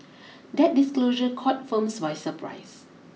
that disclosure caught firms by surprise